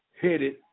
headed